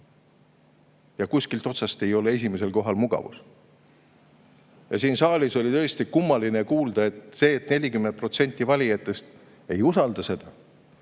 Kuskilt otsast ei ole esimesel kohal mugavus. Siin saalis oli tõesti kummaline kuulda, et see, et 40% valijatest ei usalda seda,